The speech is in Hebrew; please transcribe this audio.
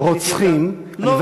רוצחים, לא.